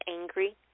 angry